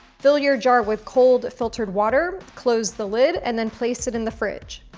fill your jar with cold, filtered water, close the lid and then place it in the fridge.